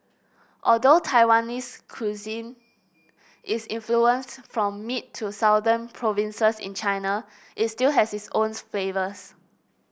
although Taiwanese cuisine is influenced from mid to southern provinces in China it still has its own flavours